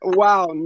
wow